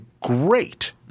great